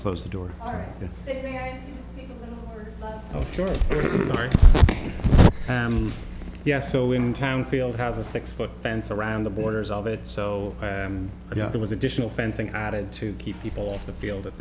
close the door oh sure yeah so in town field has a six foot fence around the borders of it so yeah there was additional fencing added to keep people off the field